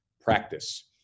practice